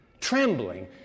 trembling